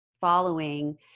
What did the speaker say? following